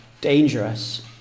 dangerous